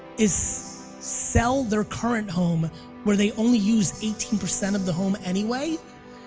is sell their current home where they only use eighteen percent of the home anyway,